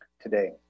today